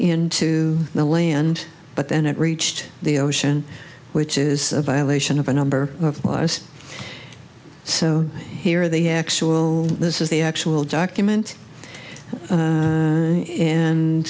in to the land but then it reached the ocean which is a violation of a number of laws so here they actually this is the actual document and and